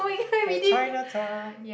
at Chinatown